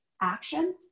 actions